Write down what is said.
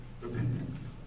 Repentance